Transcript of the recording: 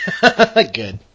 Good